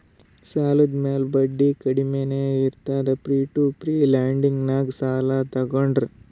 ಸಾಲ ಮ್ಯಾಲ ಬಡ್ಡಿ ಕಮ್ಮಿನೇ ಇರ್ತುದ್ ಪೀರ್ ಟು ಪೀರ್ ಲೆಂಡಿಂಗ್ನಾಗ್ ಸಾಲ ತಗೋಂಡ್ರ್